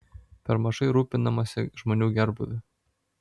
per mažai rūpinamasi žmonių gerbūviu